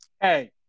Hey